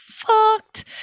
fucked